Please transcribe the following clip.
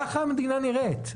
וכך המדינה נראית.